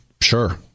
sure